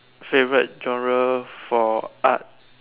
favourite genre for art